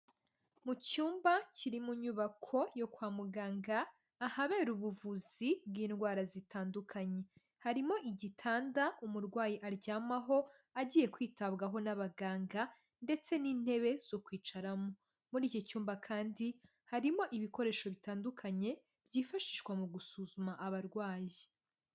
Mu cyumba kiri mu nyubako yo kwa muganga, ahabera ubuvuzi bw'indwara zitandukanye; harimo igitanda umurwayi aryamaho, agiye kwitabwaho n'abaganga, ndetse n'intebe zokwicaramo. Muri iki cyumba kandi, harimo ibikoresho bitandukanye, byifashishwa mu gusuzuma abarwayi.